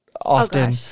Often